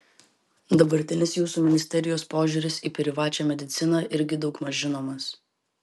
dabartinis jūsų ministerijos požiūris į privačią mediciną irgi daugmaž žinomas